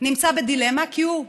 נמצא בדילמה, כי גם